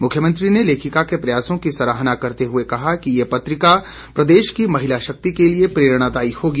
मुख्यमंत्री ने लेखिका के प्रयासों की सराहरना करते हुए कहा कि ये पत्रिका प्रदेश की महिलाशक्ति के लिए प्ररेणादायी होगी